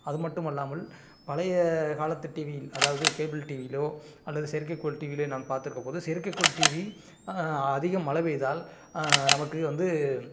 அது மட்டும் அல்லாமல் பழைய காலத்து டிவியில் அதாவது கேபிள் டிவியிலோ அல்லது செயற்கைக்கோள் டிவியிலோ நான் பார்த்துக்குபோது செயற்கைக்கோள் டிவி அதிகம் மழை பெய்தால் நமக்கு வந்து